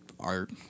art